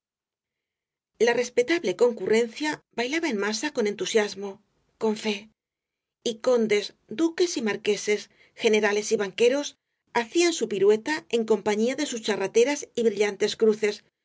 la respetable concurrencia bailaba en masa con entusiasmo con fe y condes duques y marqueses generales y banqueros hacían su pirueta en compañía de sus charreteras y brillantes cruces